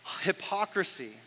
hypocrisy